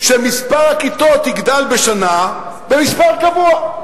שמספר הכיתות יגדל בשנה במספר קבוע.